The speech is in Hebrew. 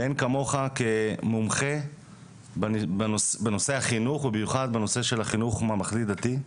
ואין כמוך כמומחה בנושא החינוך ובמיוחד בנושא של החינוך הממלכתי דתי,